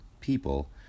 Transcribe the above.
people